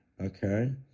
okay